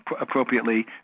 appropriately